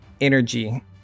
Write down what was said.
energy